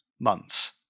months